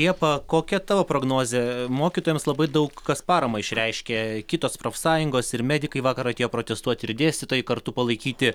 liepa kokia tavo prognozė mokytojams labai daug kas paramą išreiškė kitos profsąjungos ir medikai vakar atėjo protestuoti ir dėstytojai kartu palaikyti